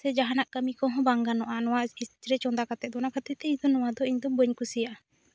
ᱥᱮ ᱡᱟᱦᱟᱱᱟᱜ ᱠᱟᱹᱢᱤ ᱠᱚᱦᱚᱸ ᱵᱟᱝ ᱜᱟᱱᱚᱜᱼᱟ ᱱᱚᱣᱟ ᱨᱮ ᱪᱳᱱᱫᱟ ᱠᱟᱛᱮ ᱫᱚ ᱚᱱᱟ ᱠᱷᱟᱹᱛᱤᱨ ᱛᱮ ᱱᱚᱣᱟ ᱫᱚ ᱤᱧ ᱫᱚ ᱵᱟᱹᱧ ᱠᱩᱥᱤᱭᱟᱜᱼᱟ